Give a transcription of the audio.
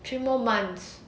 three more months